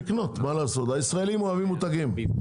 ישראלים אוהבים מותגים.